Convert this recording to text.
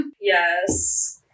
yes